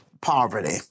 poverty